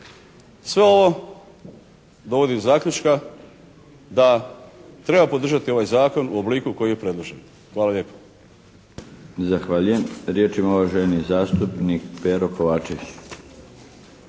Sve ovo dovodi do zaključka da treba podržati ovaj Zakon u obliku koji je predložen. Hvala lijepo. **Milinović, Darko (HDZ)** Zahvaljujem. Riječ ima uvaženi zastupnik Pero Kovačević.